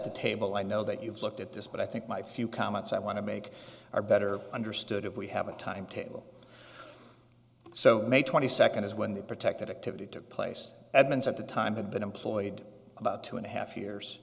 the table i know that you've looked at this but i think my few comments i want to make are better understood if we have a time table so may twenty second is when the protected activity took place edmonds at the time had been employed about two and a half years